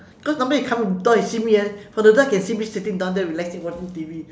cause normally he come door he see me ah from the door he can see me sitting down there relaxing watching T_V